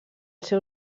seu